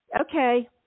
okay